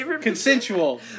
Consensual